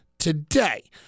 Today